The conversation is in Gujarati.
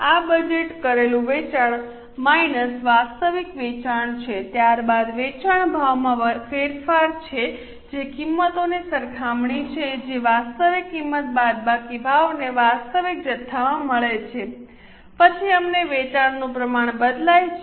આ બજેટ કરેલું વેચાણ માઈનસ વાસ્તવિક વેચાણ છે ત્યારબાદ વેચાણ ભાવમાં ફેરફાર છે જે કિંમતોની સરખામણી છે જે વાસ્તવિક કિંમત બાદબાકી ભાવને વાસ્તવિક જથ્થામાં મળે છે પછી અમને વેચાણનું પ્રમાણ બદલાય છે